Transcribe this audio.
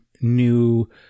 new